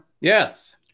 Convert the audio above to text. Yes